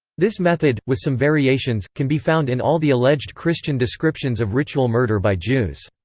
this method, with some variations, can be found in all the alleged christian descriptions of ritual murder by jews.